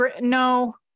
no